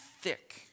thick